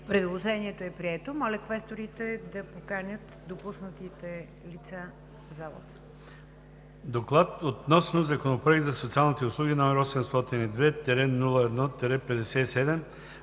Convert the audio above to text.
Предложението е прието. Моля квесторите да поканят допуснатите лица в залата.